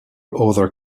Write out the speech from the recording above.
other